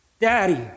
Daddy